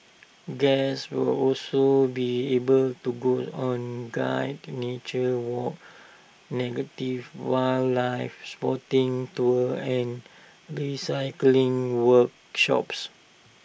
guests will also be able to go on guided nature walks negative wildlife spotting tours and recycling workshops